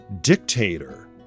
dictator